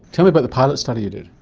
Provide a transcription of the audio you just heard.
tell me about the pilot study you did.